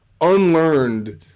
Unlearned